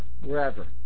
wherever